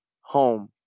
home